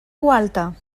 gualta